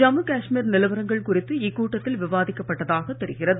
ஜம்மு காஷ்மீர் நிலவரங்கள் குறித்து இக்கூட்டத்தில் விவாதிக்கப் பட்டதாகத் தெரிகிறது